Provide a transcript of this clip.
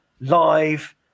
live